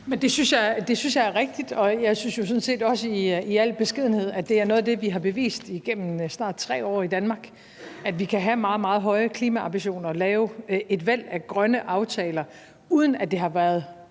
Det synes jeg er rigtigt, og jeg synes jo sådan set også i al beskedenhed, at det er noget af det, vi har bevist igennem snart 3 år i Danmark: at vi kan have meget, meget høje klimaambitioner og lave et væld af grønne aftaler, uden at det har været